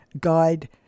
Guide